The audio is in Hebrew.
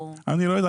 אני לא יודע.